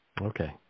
Okay